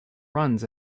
runs